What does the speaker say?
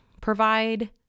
Provide